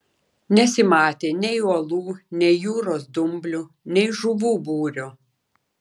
nesimatė nei uolų nei jūros dumblių nei žuvų būrio